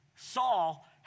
Saul